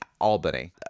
Albany